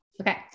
Okay